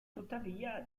tuttavia